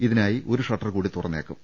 ഇതി നായി ഒരു ഷട്ടർ കൂടി തുറന്നേക്കും